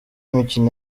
mikino